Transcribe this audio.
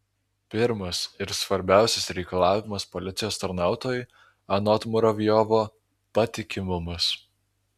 pirmas ir svarbiausias reikalavimas policijos tarnautojui anot muravjovo patikimumas